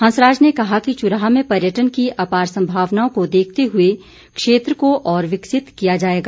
हंसराज ने कहा कि चुराह में पर्यटन की अपार संभावनाओं को देखते हुए क्षेत्र को और विकसित किया जाएगा